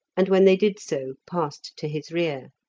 and when they did so passed to his rear.